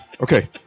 Okay